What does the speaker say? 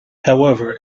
however